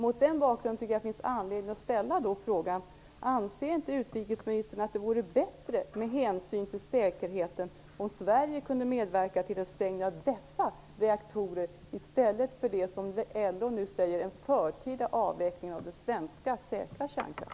Mot den bakgrunden tycker jag att det finns anledning att ställa frågan: Anser inte statsministern att det vore bättre, med hänsyn till säkerheten, om Sverige kunde medverka till att stänga dessa reaktorer i stället för dem som LO nu säger är en förtida avveckling av den svenska, säkra kärnkraften?